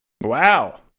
Wow